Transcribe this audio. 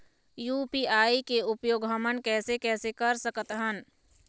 UPI के उपयोग हमन कैसे कैसे कर सकत हन?